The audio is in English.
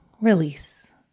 release